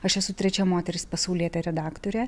aš esu trečia moteris pasaulietė redaktorė